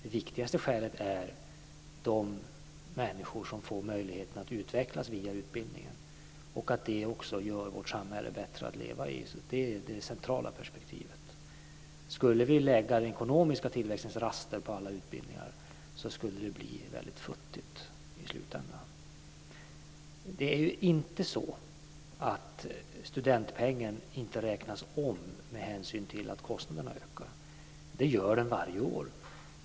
Det viktigaste skälet är de människor som får möjligheten att utvecklas via utbildningen och att det också gör vårt samhälle värt att leva i. Det är det centrala perspektivet. Skulle vi lägga den ekonomiska tillväxtens raster på alla utbildningar skulle det bli väldigt futtigt i slutändan. Det är inte så att studentpengen inte räknas om med hänsyn till att kostnaderna ökar; det gör den varje år.